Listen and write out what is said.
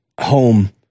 home